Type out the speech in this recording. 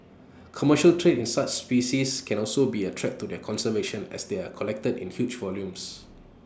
commercial trade in such species can also be A threat to their conservation as they are collected in huge volumes